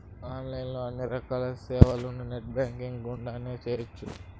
online లో అన్ని రకాల సేవలను నెట్ బ్యాంకింగ్ గుండానే చేయ్యొచ్చు